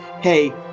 hey